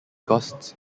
costs